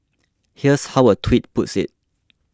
here's how a Tweet puts it